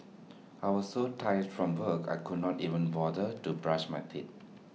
I was so tired from work I could not even bother to brush my teeth